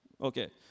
Okay